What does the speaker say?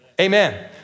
Amen